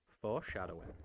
Foreshadowing